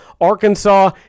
Arkansas